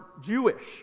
Jewish